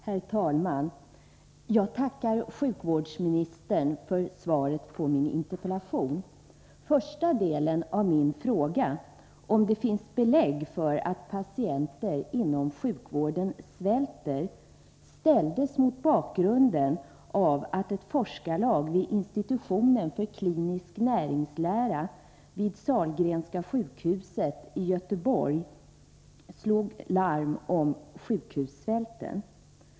Herr talman! Jag tackar sjukvårdsministern för svaret på min interpellation. Första delen av min fråga, om det finns belägg för att patienter inom sjukvården svälter, ställdes mot bakgrunden av att ett forskarlag vid institutionen för klinisk näringslära vid Sahlgrenska sjukhuset i Göteborg slog larm om sjukhussvälten.